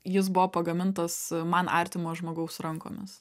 jis buvo pagamintas man artimo žmogaus rankomis